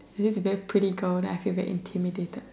this very pretty girl then I feel very intimidated